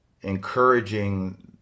encouraging